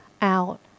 out